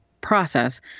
process